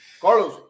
Carlos